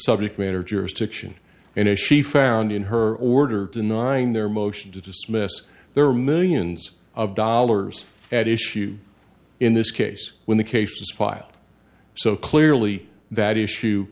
subject matter jurisdiction and as she found in her order denying their motion to dismiss their millions of dollars at issue in this case when the case was filed so clearly that issue